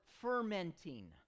fermenting